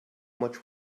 much